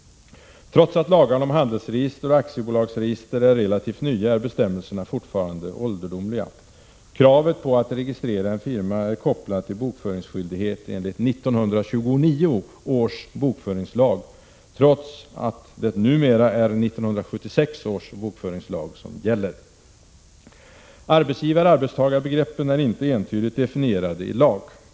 Trots att lagarna om handelsregister och aktiebolagsregister är relativt nya är bestämmelserna fortfarande ålderdomliga. Kravet på att registrera en firma är kopplad till bokföringsskyldighet enligt 1929 års bokföringslag, trots att det numera är 1976 års bokföringslag som gäller. Arbetsgivaroch arbetstagarbegreppen är inte entydigt definierade i lag.